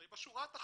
הרי בשורה התחתונה